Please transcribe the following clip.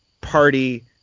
party